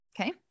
Okay